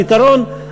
הפתרון?